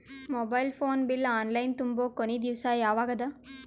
Mobile phone bill online ತುಂಬೊ ಕೊನಿ ದಿವಸ ಯಾವಗದ?